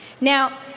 Now